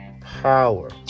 Power